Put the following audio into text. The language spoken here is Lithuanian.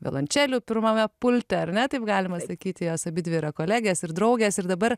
violončelių pirmame pulte ar ne taip galima sakyti jos abidvi yra kolegės ir draugės ir dabar